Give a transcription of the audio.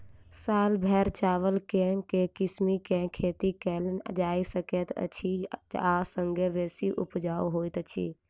साल भैर चावल केँ के किसिम केँ खेती कैल जाय सकैत अछि आ संगे बेसी उपजाउ होइत अछि?